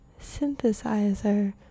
synthesizer